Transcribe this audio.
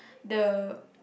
the